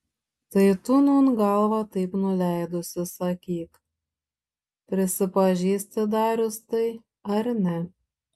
tai tu nūn galvą taip nuleidusi sakyk prisipažįsti darius tai ar ne